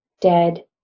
dead